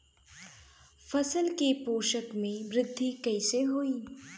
फसल के पोषक में वृद्धि कइसे होई?